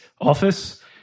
office